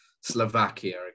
Slovakia